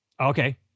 Okay